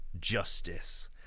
justice